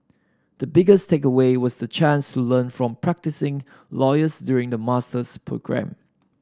the biggest takeaway was the chance to learn from practising lawyers during the master's programme